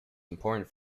important